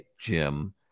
Jim